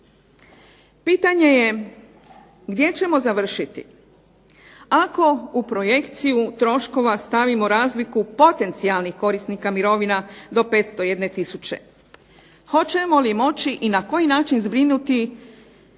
Pitanje je, gdje ćemo završiti ako u projekciju troškova stavimo razliku potencijalnih korisnika mirovina do 501 tisuće? Hoćemo li moći i na koji način zbrinuti